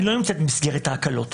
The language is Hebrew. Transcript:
היא לא נמצאת במסגרת ההקלות,